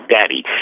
daddy